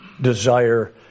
desire